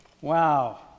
wow